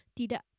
tidak